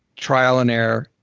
trial and error,